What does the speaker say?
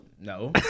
No